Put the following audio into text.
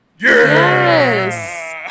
Yes